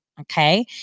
okay